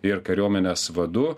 ir kariuomenės vadu